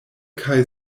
kaj